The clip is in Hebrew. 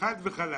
חד וחלק,